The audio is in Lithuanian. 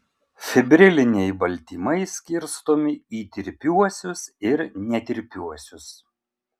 fibriliniai baltymai skirstomi į tirpiuosius ir netirpiuosius